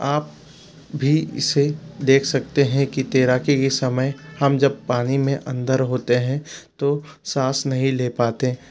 आप भी इसे देख सकते हैं की तैराकी के समय हम जब पानी में अन्दर होते हैं तो साँस नहीं ले पाते